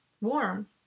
warm